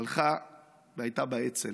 הלכה והייתה באצ"ל.